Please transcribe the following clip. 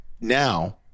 Now